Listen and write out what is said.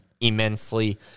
immensely